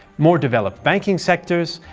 more developed banking sectors,